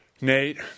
Nate